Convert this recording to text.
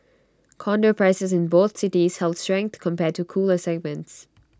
condo prices in both cities held strength compared to cooler segments